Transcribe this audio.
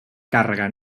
càrrega